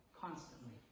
constantly